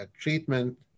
treatment